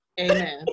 Amen